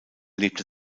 lebte